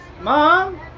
Mom